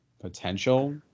potential